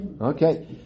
Okay